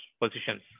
positions